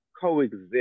coexist